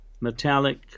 metallic